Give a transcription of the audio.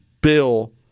bill